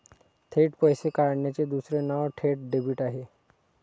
थेट पैसे काढण्याचे दुसरे नाव थेट डेबिट आहे